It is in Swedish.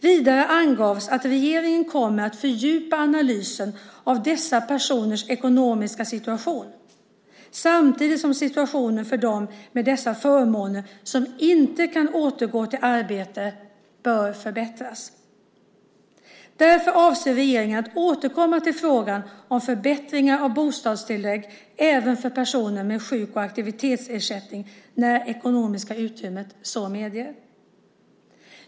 Vidare angavs att regeringen kommer att fördjupa analysen av dessa personers ekonomiska situation samtidigt som situationen för dem med dessa förmåner som inte kan återgå i arbete bör förbättras. Därför avser regeringen att återkomma till frågan om förbättringar av bostadstillägget även för personer med sjuk och aktivitetsersättning när det ekonomiska utrymmet så medger.